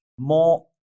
more